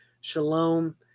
Shalom